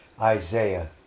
Isaiah